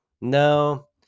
no